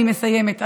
אני מסיימת.